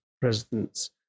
president's